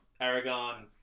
Aragon